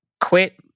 quit